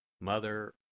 Mother